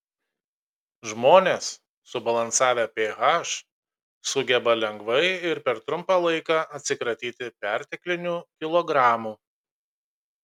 žmonės subalansavę ph sugeba lengvai ir per trumpą laiką atsikratyti perteklinių kilogramų